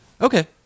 Okay